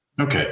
Okay